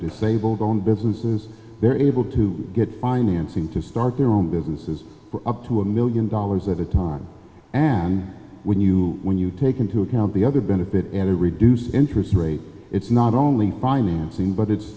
disabled on businesses they're able to get financing to start their own businesses up to a million dollars at a time and when you when you take into account the other benefit to reduce interest rates it's not only financing but it's